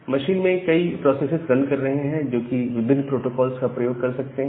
machine में कई processes run कर रहे हैं जो कि विभिन्न प्रोटोकॉल्स का प्रयोग कर सकते हैं